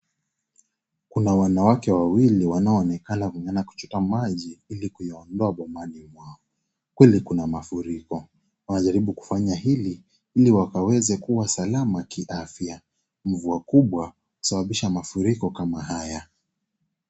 Kuna wanawake wawili wanao onekana kun'gan'gana kuchukua maji hili kuiondoa bomani mwao kweli kuna mafuriko wanajaribu kufanya hili, ili wakaweze kuwa salama kiafya mvua kubwa husababisha mafuriko kama haya.